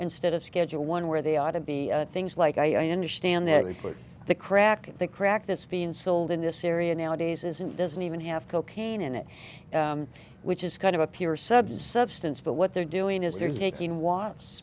instead of schedule one where they ought to be things like i understand that but the crack in the crack this being sold in this area nowadays isn't doesn't even have cocaine in it which is kind of a pure sub's substance but what they're doing is they're taking wa